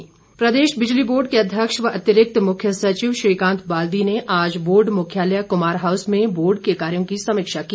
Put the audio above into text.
बिजली बोर्ड प्रदेश बिजली बोर्ड के अध्यक्ष व अतिरिक्त मुख्य सचिव श्रीकांत बाल्दी ने आज बोर्ड मुख्यालय कुमार हाउस में बोर्ड के कार्यों की समीक्षा की